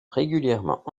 régulièrement